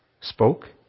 spoke